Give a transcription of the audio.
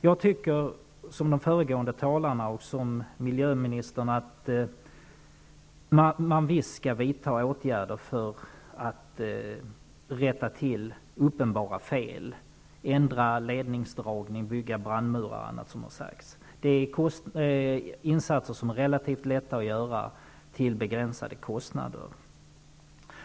Jag tycker, som de föregående talarna och miljöministern, att man visst skall vidta åtgärder för att rätta till de uppenbara felen, ändra ledningsdragning, bygga brandmurar, osv. Det är insatser som är relativt lätta att göra till begränsade kostnader.